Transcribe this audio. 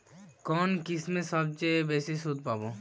কোন স্কিমে সবচেয়ে বেশি সুদ পাব?